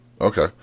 Okay